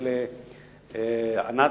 לענת,